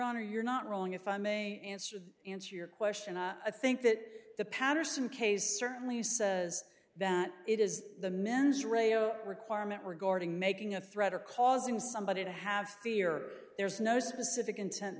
honor you're not wrong if i may answer answer your question i think that the patterson case certainly says that it is the mens rea o requirement regarding making a threat or causing somebody to have fear there's no specific intent